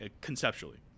conceptually